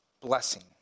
blessing